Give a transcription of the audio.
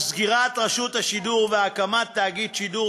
על סגירת רשות השידור והקמת תאגיד שידור